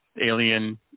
alien